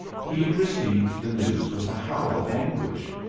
he received the news with a howl of anguish.